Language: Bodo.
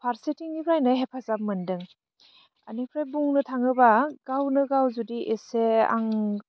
फारसेथिंनिफ्राय हेफाजाब मोन्दों एनिफ्राय बुंनो थाङोबा गावनो गाव जुदि एसे आं